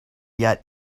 yet